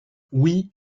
oui